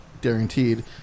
guaranteed